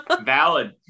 Valid